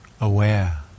aware